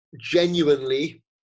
genuinely